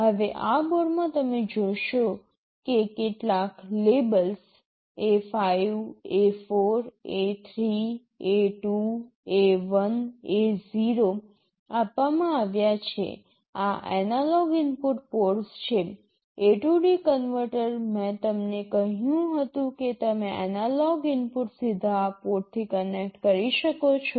હવે આ બોર્ડમાં તમે જોશો કે કેટલાક labels A5 A4 A3 A2 A1 A0 આપવામાં આવ્યા છે આ એનાલોગ ઇનપુટ પોર્ટ છે AD કન્વર્ટર મેં તમને કહ્યું હતું કે તમે એનાલોગ ઇનપુટ સીધા આ પોર્ટથી કનેક્ટ કરી શકો છો